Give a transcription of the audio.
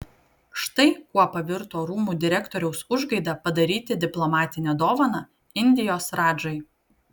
štai kuo pavirto rūmų direktoriaus užgaida padaryti diplomatinę dovaną indijos radžai